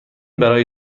برای